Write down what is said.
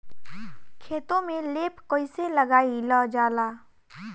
खेतो में लेप कईसे लगाई ल जाला?